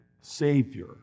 savior